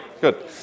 good